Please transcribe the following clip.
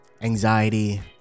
anxiety